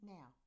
Now